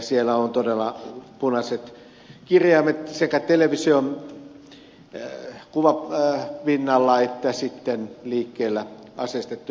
siellä on todella sekä punaiset kirjaimet television kuvapinnalla että liikkeellä aseistettuja voimia